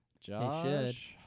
Josh